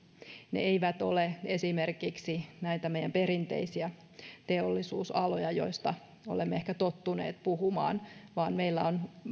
ne eivät ole esimerkiksi näitä meidän perinteisiä teollisuusalojamme joista olemme ehkä tottuneet puhumaan vaan meillä on